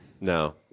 No